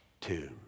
tomb